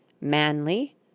manly